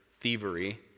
thievery